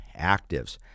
actives